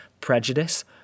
prejudice